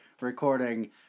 recording